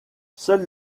seule